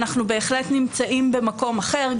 אנחנו בהחלט נמצאים במקום אחר.